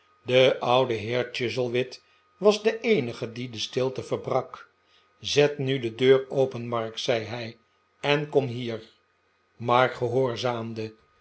de oude heer chuzzlewit was de eenige die de stilte verbrak zet nu de deur open mark zei hij en kom hier mark gehoorzaamde